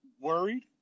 worried